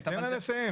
תן לה לסיים.